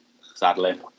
sadly